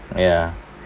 ya